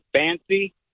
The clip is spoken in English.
fancy